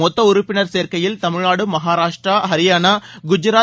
மொத்த உறுப்பினர் சேர்க்கையில் தமிழ்நாடு மகாராஷ்டிரா அரியானா குஜராத்